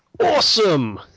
Awesome